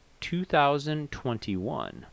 2021